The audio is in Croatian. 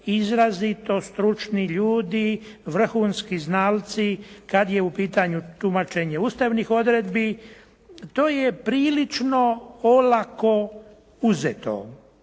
izrazito stručni ljudi, vrhunski znalci kada je u pitanju tumačenje ustavnih odredbi. To je prilično olako uzeto.